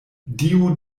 dio